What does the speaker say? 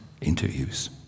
interviews